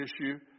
issue